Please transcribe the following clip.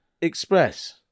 Express